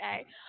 okay